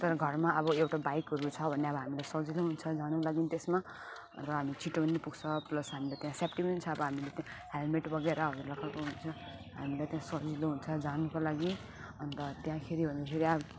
तर घरमा अब एउटा बाइकहरू छ भने अब हामीलाई सजिलो हुन्छ जानुको लागिन् त्यसमा र हामी छिटो पनि पुग्छ प्लस हामीलाई त्यहाँ सेफ्टी पनि छ अब हामीलाई त्यहाँ हेल्मेट वगेराहरू लगाएको हुन्छ हामीलाई त्यहाँ सजिलो हुन्छ जानुको लागि अनि त त्यहाँखेरि भन्दाखेरि अब